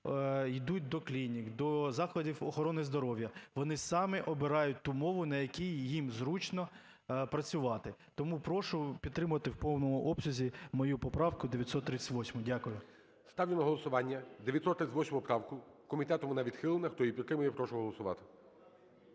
йдуть до клінік, до закладів охорони здоров'я, вони саме обирають ту мову, на якій їм зручно працювати. Тому прошу підтримати в повному обсязі мою поправку 938. Дякую. ГОЛОВУЮЧИЙ. Ставлю на голосування 938 правку. Комітетом вона відхилена. Хто її підтримує, я прошу голосувати.